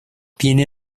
tiene